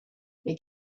they